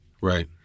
right